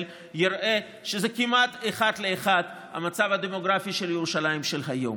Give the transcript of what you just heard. יראה שזה כמעט אחד לאחד המצב הדמוגרפי של ירושלים של היום.